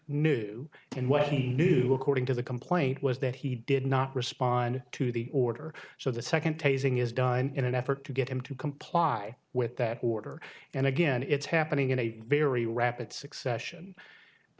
knew according to the complaint was that he did not respond to the order so the second tasing is done in an effort to get him to comply with that order and again it's happening in a very rapid succession the